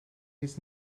his